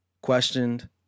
questioned